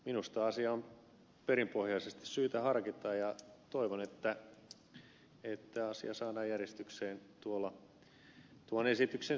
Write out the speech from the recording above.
minusta asiaa on perinpohjaisesti syytä harkita ja toivon että asia saadaan järjestykseen tuon esityksen suuntaisella tavalla ehkä jo seuraavan vuoden aikana